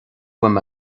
uaim